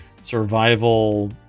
survival